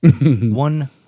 one